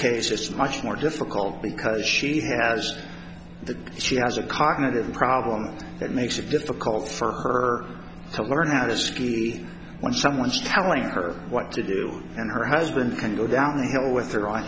case just much more difficult because she has the she has a cognitive problem that makes it difficult for her to learn how to ski when someone's telling her what to do and her husband can go down the hill with her on